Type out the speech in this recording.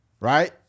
right